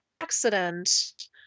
accident